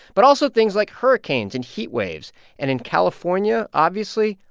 but also things like hurricanes and heat waves and in california, obviously,